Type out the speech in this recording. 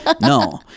No